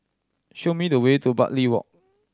show me the way to Bartley Walk